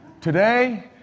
Today